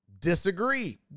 disagree